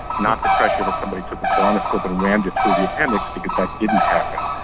not the pressure that somebody took a colonoscope and rammed it through the appendix, because that didn't happen,